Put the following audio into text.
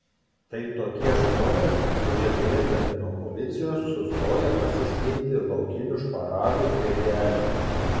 tai tokie žmonės kurie bėgdami nuo policijos sustoja pasiskinti laukinių šparagų prie kelio